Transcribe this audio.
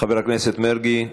חבר הכנסת מרגי,